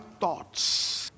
thoughts